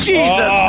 Jesus